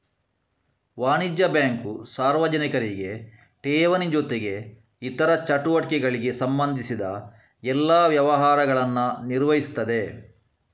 ವಾಣಿಜ್ಯ ಬ್ಯಾಂಕು ಸಾರ್ವಜನಿಕರಿಗೆ ಠೇವಣಿ ಜೊತೆಗೆ ಇತರ ಚಟುವಟಿಕೆಗಳಿಗೆ ಸಂಬಂಧಿಸಿದ ಎಲ್ಲಾ ವ್ಯವಹಾರಗಳನ್ನ ನಿರ್ವಹಿಸ್ತದೆ